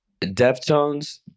deftones